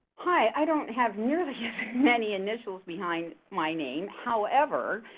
hi, i don't have nearly as many initials behind my name, however,